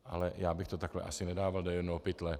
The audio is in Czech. Ale já bych to takhle asi nedával do jednoho pytle.